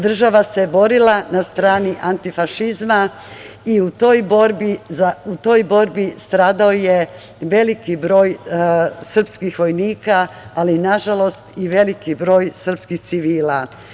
Država se borila na strani antifašizma i u toj borbi stradao je veliki broj srpskih vojnika, ali nažalost i veliki broj srpski civila.